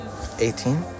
18